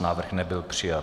Návrh nebyl přijat.